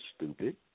stupid